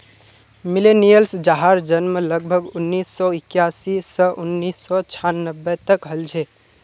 millennials जहार जन्म लगभग उन्नीस सौ इक्यासी स उन्नीस सौ छानबे तक हल छे